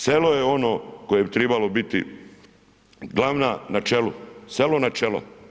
Selo je ono koje bi trebalo biti glavno na čelu, selo na čelo.